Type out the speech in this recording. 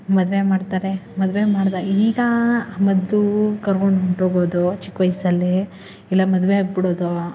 ಮದುವೆ ಮಾಡ್ತಾರೆ ಮದುವೆ ಮಾಡಿದಾಗ ಈಗ ಮೊದ್ಲು ಕರ್ಕೊಂಡೋಗೋದು ಚಿಕ್ಕ ವಯಸ್ಸಲ್ಲಿ ಇಲ್ಲ ಮದುವೆ ಆಗ್ಬಿಡೋದು